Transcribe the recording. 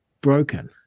broken